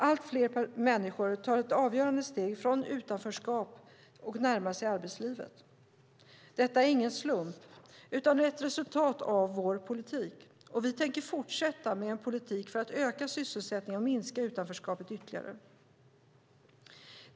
Allt fler människor tar ett avgörande steg från utanförskap och närmar sig arbetslivet. Detta är ingen slump, utan ett resultat av vår politik, och vi tänker fortsätta med en politik för att öka sysselsättningen och minska utanförskapet ytterligare.